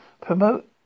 promote